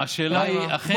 השאלה היא אכן,